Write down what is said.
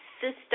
sister